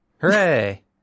Hooray